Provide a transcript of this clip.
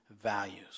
values